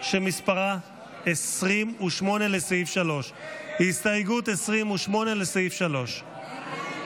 שמספרה 28, לסעיף 3. הסתייגות 28 לא נתקבלה.